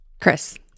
Chris